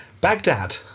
Baghdad